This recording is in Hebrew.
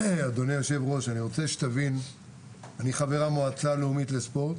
אדוני היושב-ראש, אני חבר המועצה הלאומית לספורט